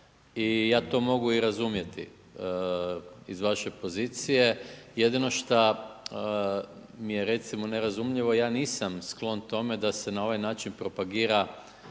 i ja to mogu i razumjeti iz vaše pozicije. Jedino što mi je recimo nerazumljivo, ja nisam sklon tome, da se na ovaj način propagira